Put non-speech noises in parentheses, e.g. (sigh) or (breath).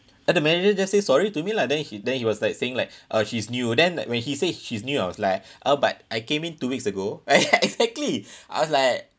and the manager just say sorry to me lah then he then he was like saying like uh she's new then when he say she's new I was like (breath) oh but I came in two weeks ago (laughs) ya exactly I was like